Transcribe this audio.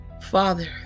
Father